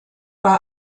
bei